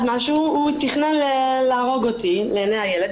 אז הוא תכנן להרוג אותי לעיניי הילד.